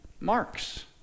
Marks